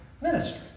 ministry